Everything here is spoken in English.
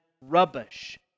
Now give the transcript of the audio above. rubbish